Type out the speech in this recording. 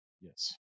Yes